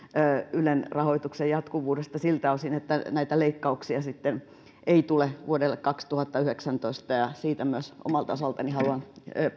ylen rahoituksen jatkuvuudesta siltä osin että näitä leikkauksia sitten ei tule vuodelle kaksituhattayhdeksäntoista ja siitä myös omalta osaltani haluan